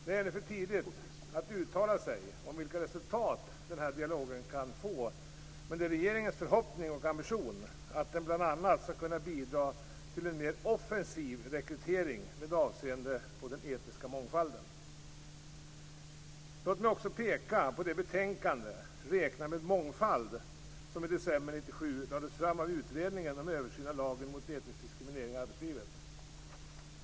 Det är ännu för tidigt att uttala sig om vilka resultat denna dialog kan få, men det är regeringens förhoppning och ambition att den bl.a. skall kunna bidra till en mer offensiv rekrytering med avseende på den etniska mångfalden. Låt mig också peka på det betänkande - Räkna med mångfald - som i december 1997 lades fram av utredningen om översyn av lagen mot etnisk diskriminering i arbetslivet.